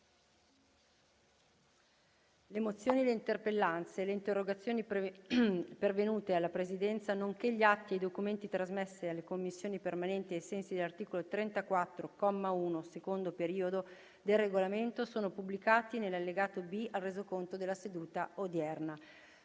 Le mozioni, le interpellanze e le interrogazioni pervenute alla Presidenza, nonché gli atti e i documenti trasmessi alle Commissioni permanenti ai sensi dell’articolo 34, comma 1, secondo periodo, del Regolamento sono pubblicati nell’allegato B al Resoconto della seduta odierna.